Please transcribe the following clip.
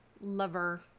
lover